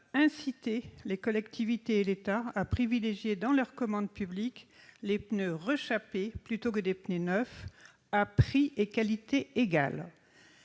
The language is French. inciter les collectivités et l'État à privilégier, dans leurs commandes publiques, les pneus rechapés plutôt que des pneus neufs, à prix et à qualité